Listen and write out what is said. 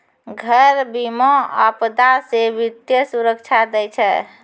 घर बीमा, आपदा से वित्तीय सुरक्षा दै छै